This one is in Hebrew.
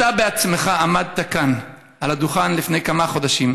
אתה בעצמך עמדת כאן על הדוכן לפני כמה חודשים,